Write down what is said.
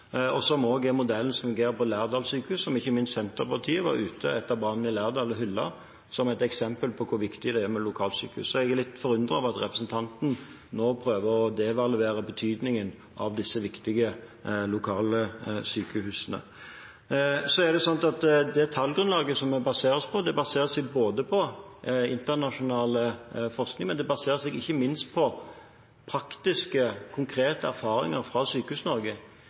Lærdal sjukehus, som ikke minst Senterpartiet var ute og hyllet etter brannen i Lærdal, som et eksempel på hvor viktig det er med lokalsykehus. Jeg er litt forundret over at representanten nå prøver å devaluere betydningen av disse viktige lokale sykehusene. Det tallgrunnlaget som vi må basere oss på, baserer seg på internasjonal forskning, men det baserer seg ikke minst på praktisk og konkret erfaring fra